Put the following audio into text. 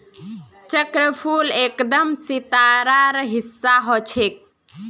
चक्रफूल एकदम सितारार हिस्सा ह छेक